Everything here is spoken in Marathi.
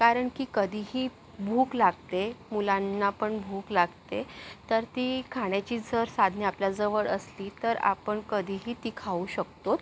कारण की कधीही भूक लागते मुलांना पण भूक लागते तर ती खाण्याची जर साधने आपल्याजवळ असली तर आपण कधीही ती खाऊ शकतोत